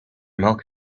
milk